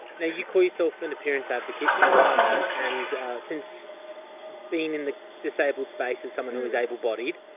now you call yourself an appearance advocate. you are that, and since being in the disabled space, as someone who is able bodied,